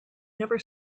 never